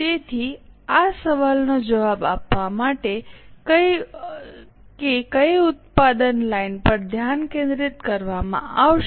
તેથી આ સવાલનો જવાબ આપવા માટે કે કઈ ઉત્પાદન લાઇન પર ધ્યાન કેન્દ્રિત કરવામાં આવશે